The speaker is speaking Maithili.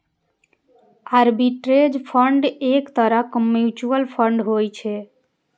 आर्बिट्रेज फंड एक तरहक म्यूचुअल फंड होइ छै